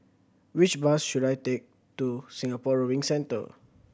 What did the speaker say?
which bus should I take to Singapore Rowing Centre